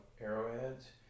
arrowheads